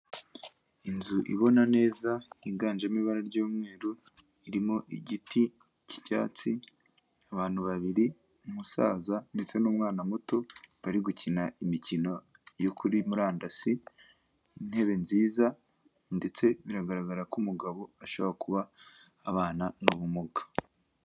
Inzu ibona neza yiganjemo ibara ry'umweru irimo igiti cy'icyatsi, abantu babiri umusaza ndetse n'umwana muto bari gukina imikino yo kuri murandasi, intebe nziza ndetse biragaragara ko umugabo ashobora kuba abana n'ubumuga.